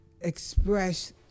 express